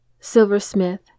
Silversmith